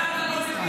את זה אתה לא מבין?